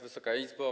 Wysoka Izbo!